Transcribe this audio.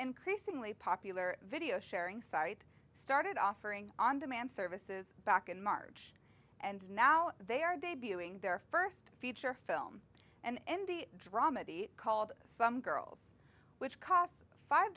increasingly popular video sharing site started offering on demand services back in march and now they are debuting their first feature film an indie drama called some girls which costs five